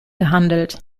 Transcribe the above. gehandelt